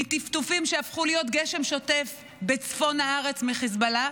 מטפטופים שהפכו להיות גשם שוטף בצפון הארץ מחיזבאללה,